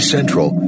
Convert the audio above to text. Central